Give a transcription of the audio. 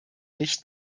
nicht